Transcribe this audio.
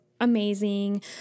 amazing